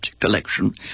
collection